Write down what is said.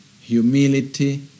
humility